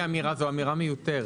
בעיניי זו אמירה מיותרת.